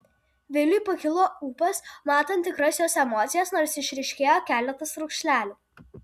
viliui pakilo ūpas matant tikras jos emocijas nors išryškėjo keletas raukšlelių